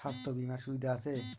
স্বাস্থ্য বিমার সুবিধা আছে?